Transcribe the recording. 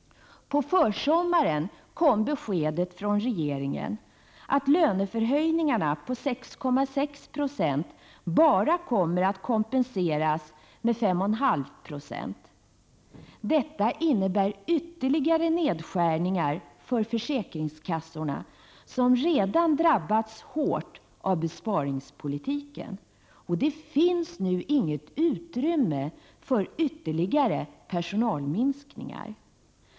På försommaren kom beskedet från regeringen att löneförhöjningarna på 6,6 Yo bara kommer att kompenseras med 5,5 96. Detta innebär ytterligare nedskärningar för försäkringskassorna, som redan drabbats hårt av besparingspolitiken. Det finns nu inget utrymme för ytterligare personalminskningar.